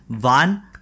one